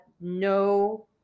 no